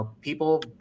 people